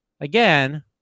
again